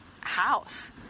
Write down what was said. house